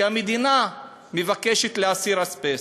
והמדינה מבקשת להסיר אזבסט,